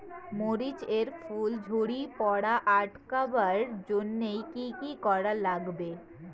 মরিচ এর ফুল ঝড়ি পড়া আটকাবার জইন্যে কি কি করা লাগবে?